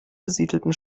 besiedelten